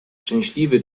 szczęśliwy